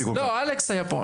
אלכס היה פה.